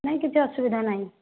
ନାହିଁ କିଛି ଅସୁବିଧା ନାହିଁ